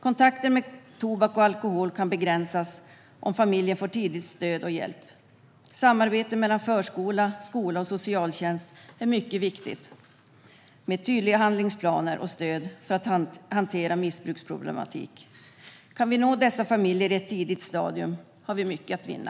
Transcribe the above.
Kontakter med tobak och alkohol kan begränsas om familjen får stöd och hjälp tidigt. Samarbete mellan skola, förskola och socialtjänst är mycket viktigt, med tydliga handlingsplaner och stöd för att hantera missbruksproblematik. Kan vi nå dessa familjer i ett tidigt stadium har vi mycket att vinna.